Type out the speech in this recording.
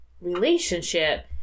relationship